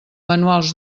manuals